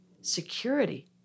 security